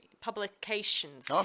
publications